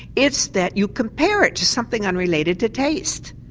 it's that you compare it to something unrelated to taste.